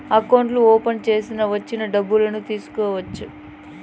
అకౌంట్లు ఓపెన్ చేసి వచ్చి డబ్బులు తీసుకోవచ్చు